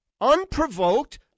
unprovoked